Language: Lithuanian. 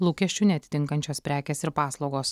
lūkesčių neatitinkančios prekės ir paslaugos